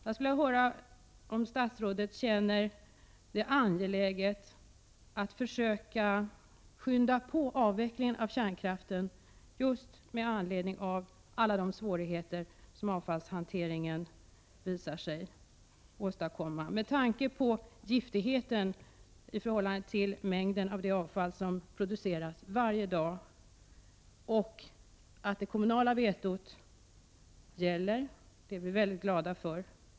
Jag skulle vilja höra om statsrådet känner det angeläget att försöka skynda på avvecklingen av kärnkraften just med anledning av alla de svårigheter som avfallshanteringen har visat sig innebära och med tanke på giftigheten i förhållande till mängden av det avfall som produceras varje dag. Att det kommunala vetot gäller är vi glada för.